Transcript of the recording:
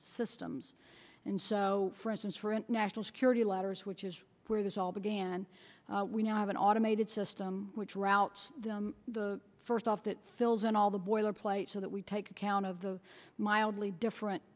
systems and so for instance for national security letters which is where this all began we have an automated system which routes the first off that fills in all the boilerplate so that we take account of the mildly different